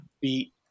beat